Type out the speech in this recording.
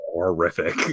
Horrific